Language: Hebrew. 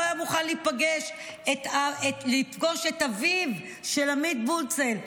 לא היה מוכן לפגוש עם אביו של עמית בונצל,